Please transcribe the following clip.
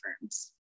firms